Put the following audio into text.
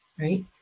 right